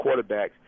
quarterbacks